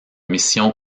mission